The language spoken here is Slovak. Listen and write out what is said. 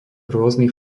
rôznych